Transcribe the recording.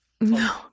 No